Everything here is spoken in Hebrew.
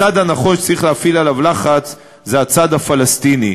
הצד הנכון שצריך להפעיל עליו לחץ הוא הצד הפלסטיני.